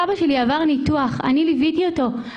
סבא שלי עבר ניתוח, אני ליוויתי אותו.